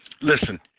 Listen